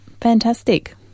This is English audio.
fantastic